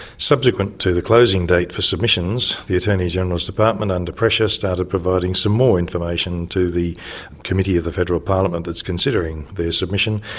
subsequent to the closing date for submissions, the attorney general's department under pressure started providing some more information to the committee of the federal parliament that's considering their submission,